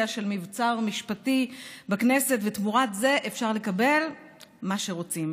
של מבצר משפטי בכנסת ותמורת זה אפשר לקבל מה שרוצים,